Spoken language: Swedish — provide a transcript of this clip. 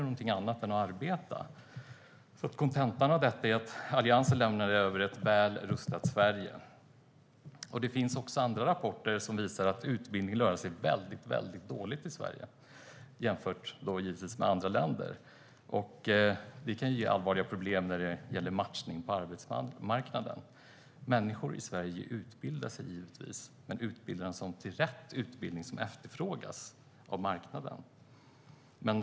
Kontentan av detta är att Alliansen lämnade över ett väl rustat Sverige. Det finns andra rapporter som visar att utbildning lönar sig väldigt dåligt i Sverige jämfört med andra länder. Det kan ge allvarliga problem när det gäller matchningen på arbetsmarknaden. Människor i Sverige utbildar sig givetvis, men utbildar de sig till de yrken som efterfrågas av marknaden?